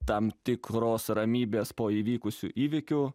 tam tikros ramybės po įvykusių įvykių